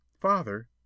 Father